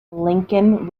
lincoln